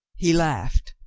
he laughed.